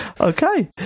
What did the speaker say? Okay